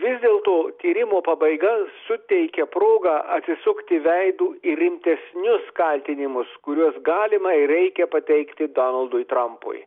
vis dėlto tyrimo pabaiga suteikia progą atsisukti veidu į rimtesnius kaltinimus kuriuos galima ir reikia pateikti donaldui trampui